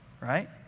right